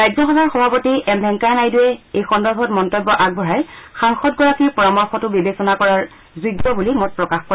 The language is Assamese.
ৰাজ্যসভাৰ সভাপতি এম ভেংকায়া নাইডুৱে এই সন্দৰ্ভত মন্তব্য আগবঢ়াই সাংসদগৰাকীৰ পৰামৰ্শটো বিবেচনা কৰাৰ যোগ্য বুলি মত প্ৰকাশ কৰে